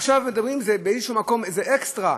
עכשיו מדברים באיזשהו מקום על אקסטרה.